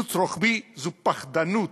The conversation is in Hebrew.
קיצוץ רוחבי זה פחדנות.